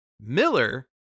Miller